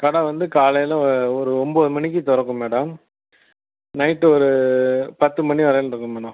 கடை வந்து காலையில் ஒரு ஒன்பது மணிக்கு திறக்கும் மேடம் நைட் ஒரு பத்து மணி வரையிலும் இருக்கும் மேடம்